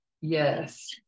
yes